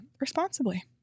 responsibly